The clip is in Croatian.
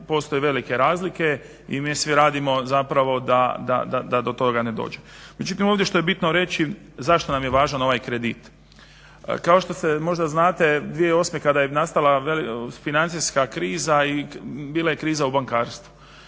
postoje velike razlike i mi svi radimo zapravo da do toga ne dođe. Međutim, ovdje što je bitno reći zašto nam je važan ovaj kredit, kao što možda znate 2008. kada je nastala financijska kriza i bila je kriza u bankarstvu.